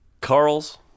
carl's